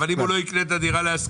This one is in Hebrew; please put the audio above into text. אבל אם הוא לא יקנה את הדירה כדי להשכיר